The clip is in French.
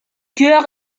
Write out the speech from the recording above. chœur